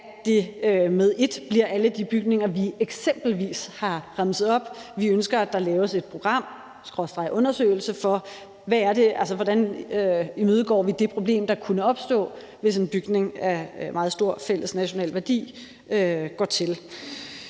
at det med et bliver alle de bygninger, vi eksempelvis har remset op. Vi ønsker, at der laves et program skråstreg en undersøgelse af: Hvordan imødegår vi det problem, der kunne opstå, hvis en bygning af meget stor fælles national værdi går til?